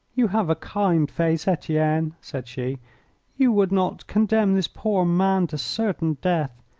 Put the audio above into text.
you have a kind face, etienne, said she you would not condemn this poor man to certain death.